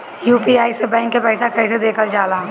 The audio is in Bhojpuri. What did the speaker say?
यू.पी.आई से बैंक के पैसा कैसे देखल जाला?